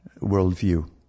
worldview